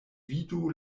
vidu